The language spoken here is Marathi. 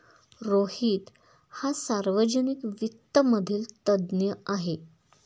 रोहित हा सार्वजनिक वित्त मधील तज्ञ आहे